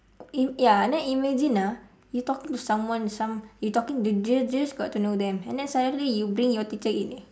it ya then imagine ah you talking to someone some you talking you just just got to know them and then suddenly you bring your teacher in eh